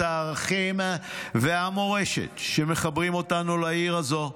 הערכים והמורשת שמחברים אותנו לעיר הזו.